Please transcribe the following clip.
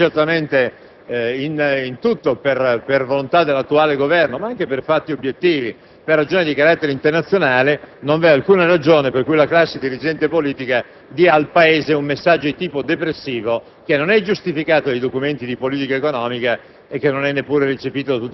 e non necessariamente per volontà dall'attuale Governo ma anche per fatti obiettivi e per ragioni di carattere internazionale, non vi è alcuna ragione perché la classe dirigente politica dia al Paese un messaggio di tipo depressivo, che peraltro non è giustificato dai documenti di politica economica